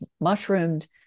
mushroomed